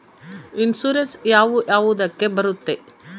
Insurance ಯಾವ ಯಾವುದಕ್ಕ ಬರುತ್ತೆ?